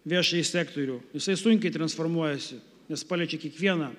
viešąjį sektorių jisai sunkiai transformuojasi nes paliečia kiekvieną